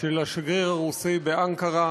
של השגריר הרוסי באנקרה.